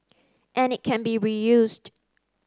and it can be reused